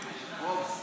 מוחלשים?